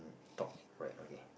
top right okay